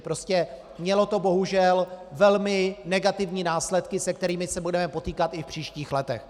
Prostě mělo to bohužel velmi negativní následky, se kterými se budeme potýkat i v příštích letech.